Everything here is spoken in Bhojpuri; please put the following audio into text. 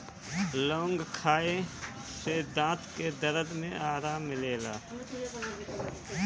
लवंग खाए से दांत के दरद में आराम मिलेला